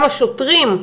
גם השוטרים.